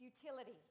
futility